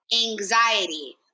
Anxiety